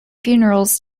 funerals